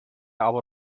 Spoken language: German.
aber